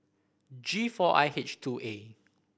G four I H two A